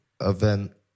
Event